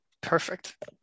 Perfect